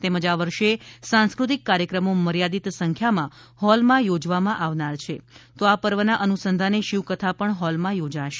તેમજ આ વર્ષે સાંસ્કૃતિક કાર્યક્રમો મર્યાદિત સંખ્યામાં હોલમાં યોજાવામા આવનાર છે તો આ પર્વના અનુસંધાને શિવકથા પણ હોલમાં યોજાશે